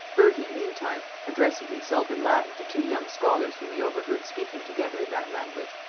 bertie meantime, addressing himself in latin to two young scholars whom he overheard speaking together in that language,